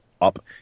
up